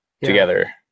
together